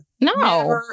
no